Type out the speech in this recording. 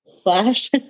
flash